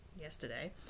yesterday